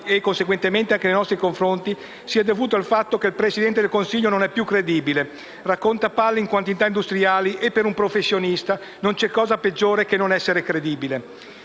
e conseguentemente anche nei nostri, confronti sia dovuto al fatto che il Presidente del Consiglio non è più credibile e racconta palle in quantità industriali; e per un professionista non c'è cosa peggiore che non essere credibili.